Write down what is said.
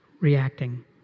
reacting